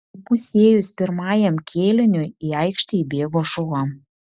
įpusėjus pirmajam kėliniui į aikštę įbėgo šuo